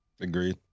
Agreed